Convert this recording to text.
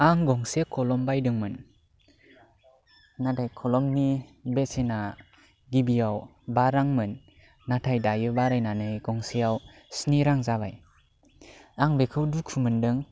आं गंसे खलम बायदोंमोन नाथाय खलमनि बेसेना गिबियाव बा रां मोन नाथाय दायो बारायनानै गंसेआव स्नि रां जाबाय आं बेखौ दुखु मोन्दों